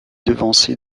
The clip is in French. devancé